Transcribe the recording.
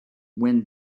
when